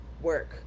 work